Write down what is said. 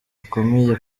rukomeye